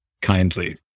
kindly